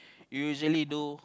usually do